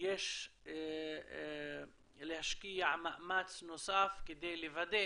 שיש להשקיע מאמץ נוסף כדי לוודא